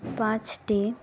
পাঁচটি